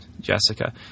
Jessica